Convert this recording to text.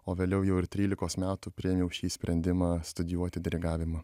o vėliau jau ir trylikos metų priėmiau šį sprendimą studijuoti dirigavimą